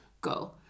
go